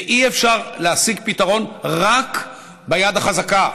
אי-אפשר להשיג פתרון רק ביד החזקה.